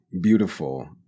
beautiful